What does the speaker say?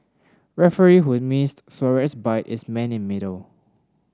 referee who missed Suarez bite is man in middle